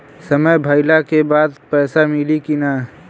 समय भइला के बाद पैसा मिली कि ना?